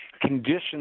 conditions